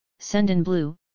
Sendinblue